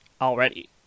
already